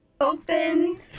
open